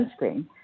sunscreen